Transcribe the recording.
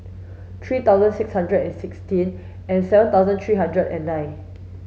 three thousand six hundred and sixteen and seven thousand three hundred and nine